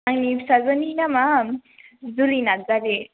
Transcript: आंनि फिसाजोनि नामा जुलि नार्जारी